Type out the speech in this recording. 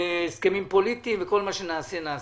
ובהסכמים פוליטיים וכל מה שנעשה - נעשה.